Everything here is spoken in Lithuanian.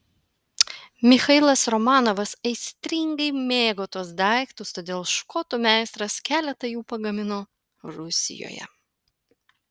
michailas romanovas aistringai mėgo tuos daiktus todėl škotų meistras keletą jų pagamino rusijoje